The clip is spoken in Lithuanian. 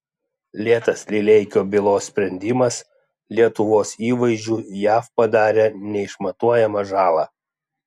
lėtas lileikio bylos sprendimas lietuvos įvaizdžiui jav padarė neišmatuojamą žalą